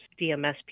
DMSP